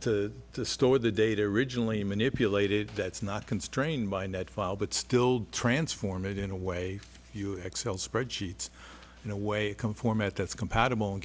to store the data originally manipulated that's not constrained by net file but still transform it in a way you excel spreadsheets in a way come format that's compatible